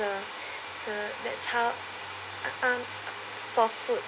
so that's how um for food